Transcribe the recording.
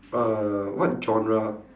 uh what genre